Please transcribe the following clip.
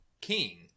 King